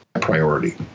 priority